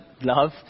love